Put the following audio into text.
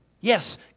Yes